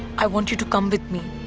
i want you to come with me.